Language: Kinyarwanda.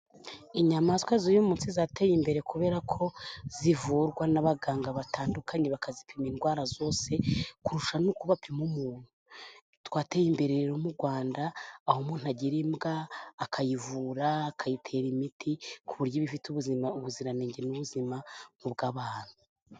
Inyamaswa z'uyu munsi zateye imbere, kubera ko zivurwa n'abaganga batandukanye, bakazipima indwara zose kurusha n'uko bapima umuntu, twateye imbere rero mu Rwanda, aho umuntu agira imbwa, akayivura, akayitera imiti, ku buryo iba ifite ubuziranenge n'ubuzima nk'ubw'abantu.